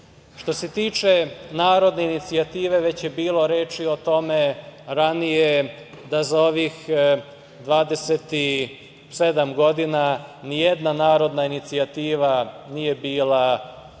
se tiče narodne inicijative, već je bilo reči o tome ranije, da za ovih 27 godina nijedna narodna inicijativa nije bila